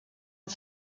het